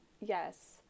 yes